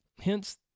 Hence